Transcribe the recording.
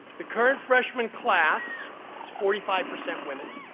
the current freshman class is forty five percent women.